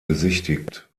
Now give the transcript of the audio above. besichtigt